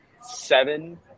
seven